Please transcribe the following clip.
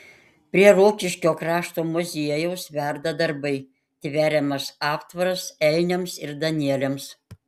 prie rokiškio krašto muziejaus verda darbai tveriamas aptvaras elniams ir danieliams